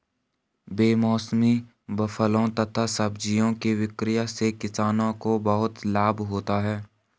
बेमौसमी फलों तथा सब्जियों के विक्रय से किसानों को बहुत लाभ होता है